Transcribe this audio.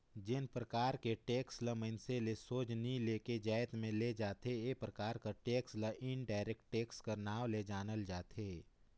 जेन परकार के टेक्स ल मइनसे ले सोझ नी लेके जाएत में ले जाथे ए परकार कर टेक्स ल इनडायरेक्ट टेक्स कर नांव ले जानल जाथे